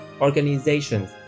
organizations